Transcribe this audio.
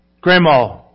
Grandma